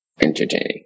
Entertaining